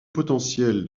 potentiel